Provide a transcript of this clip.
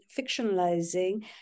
fictionalizing